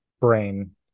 brain